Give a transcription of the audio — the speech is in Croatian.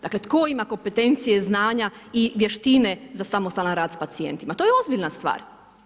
Dakle, tko ima kompetencije, znanja i vještine za samostalan rad sa pacijentima, to je ozbiljna stvar.